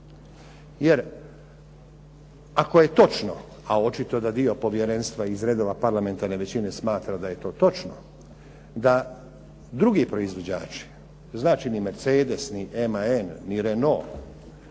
Jer, ako je točno a očito da dio povjerenstva iz redova parlamentarne većine smatra da je to točno da drugi proizvođači, znači ni "Mercedes" ni "MAN", ni "Renault"